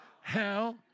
hell